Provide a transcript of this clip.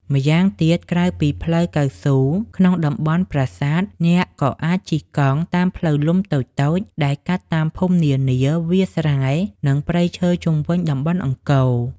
ម្យ៉ាងទៀត ក្រៅពីផ្លូវកៅស៊ូក្នុងតំបន់ប្រាសាទ អ្នកក៏អាចជិះតាមផ្លូវលំតូចៗដែលកាត់ភូមិនានា វាលស្រែ និងព្រៃឈើជុំវិញតំបន់អង្គរ។